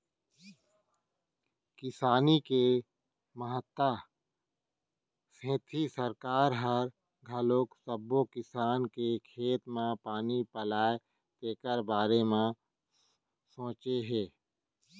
किसानी के महत्ता सेती सरकार ह घलोक सब्बो किसान के खेत म पानी पलय तेखर बारे म सोचे हे